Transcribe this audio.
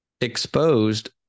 exposed